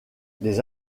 des